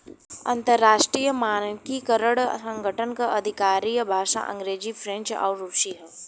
अंतर्राष्ट्रीय मानकीकरण संगठन क आधिकारिक भाषा अंग्रेजी फ्रेंच आउर रुसी हौ